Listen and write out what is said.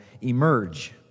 emerge